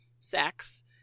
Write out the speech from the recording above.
sex